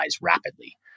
rapidly